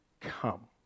come